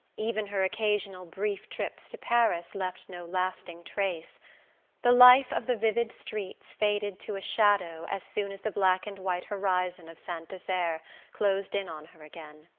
even her occasional brief trips to paris left no lasting trace the life of the vivid streets faded to a shadow as soon as the black and white horizon of saint desert closed in on her again.